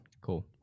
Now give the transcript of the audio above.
Cool